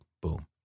boom